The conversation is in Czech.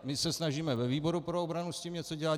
My se snažíme ve výboru pro obranu s tím něco dělat.